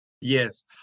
Yes